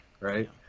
right